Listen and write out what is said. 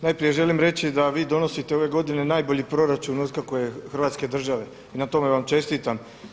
Najprije želim reći da vi donosite ove godine najbolji proračun od kako je Hrvatske države i na tome vam čestitam.